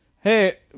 Hey